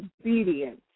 obedience